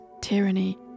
tyranny